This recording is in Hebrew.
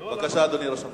בבקשה, אדוני ראש הממשלה.